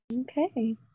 okay